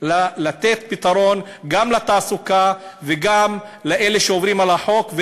לתת פתרון גם לתעסוקה וגם לאלה שעוברים על החוק,